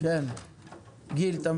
גיל, אנחנו